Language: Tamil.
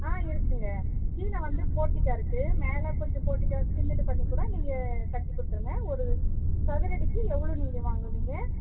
ஆ இருக்குங்க கீழே வந்து போர்டிக்கோ இருக்கு மேலே கொஞ்சம் போர்ட்டிக்கோ சின்னது பண்ணிக்கூட நீங்கள் கட்டிக் கொடுத்துருங்க ஒரு சதுர அடிக்கு எவ்வளோ நீங்கள் வாங்குவீங்க